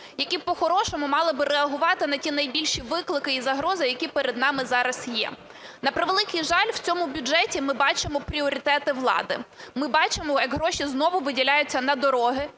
які по-хорошому мали б реагувати на ті найбільші виклики і загрози, які перед нами зараз є. На превеликий жаль, в цьому бюджеті ми бачимо пріоритети влади, ми бачимо, як гроші знову виділяються на дороги